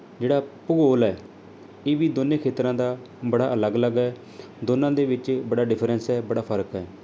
ਜਿਹੜਾ ਭੁਗੌਲ ਹੈ ਇਹ ਵੀ ਦੋਨੇ ਖੇਤਰਾਂ ਦਾ ਬੜਾ ਅਲੱਗ ਅਲੱਗ ਹੈ ਦੋਨਾਂ ਦੇ ਵਿੱਚ ਬੜਾ ਡਿਫਰੈਂਸ ਹੈ ਬੜਾ ਫਰਕ ਹੈ